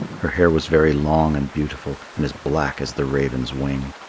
her hair was very long and beautiful and as black as the raven's wing.